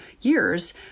years